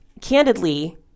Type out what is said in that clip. candidly